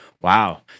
Wow